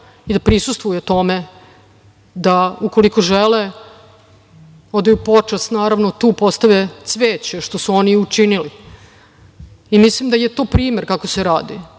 i da prisustvuju tome da ukoliko žele odaju počast, naravno, tu postave cveće, što su oni i učinili. Mislim da je to primer kako se radi